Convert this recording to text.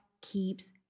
keeps